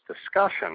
discussion